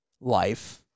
life